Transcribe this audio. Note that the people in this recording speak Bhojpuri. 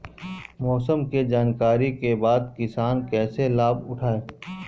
मौसम के जानकरी के बाद किसान कैसे लाभ उठाएं?